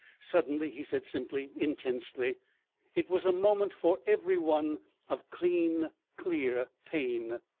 suddenly he said simply, intensely it was a moment for every one of clean, clear pain,